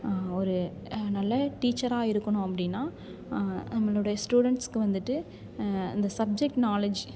ஒரு நல்ல டீச்சராக இருக்கணும் அப்படினா நம்மளுடைய ஸ்டூடெண்ட்ஸ்க்கு வந்துட்டு இந்த சப்ஜெக்ட் நாலேஜ்